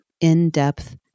in-depth